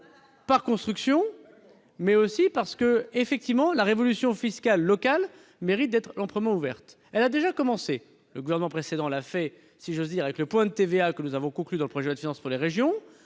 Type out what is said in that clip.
par construction, mais aussi parce que la révolution fiscale locale mérite d'être amplement engagée. Eh oui ! Elle a déjà commencé. Le gouvernement précédent l'a fait, si j'ose dire, avec le point de TVA que nous avons mis en place dans le projet de loi de finances pour les régions.